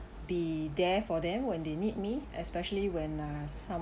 be there for them when they need me especially when uh some